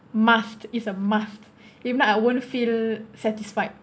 must is a must if not I won't feel satisfied